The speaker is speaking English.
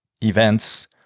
events